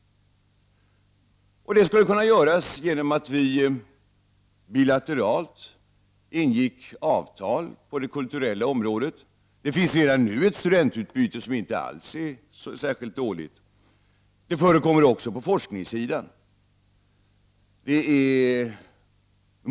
Det skulle kunna göras genom att vi bilateralt ingick avtal på det kulturella området. De finns redan nu ett studentutbyte som inte alls är dåligt. Vi har också utbyte på forskningssidan.